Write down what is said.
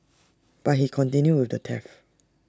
but he continued with the theft